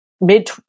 mid